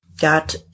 got